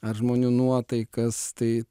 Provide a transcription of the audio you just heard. ar žmonių nuotaikas tai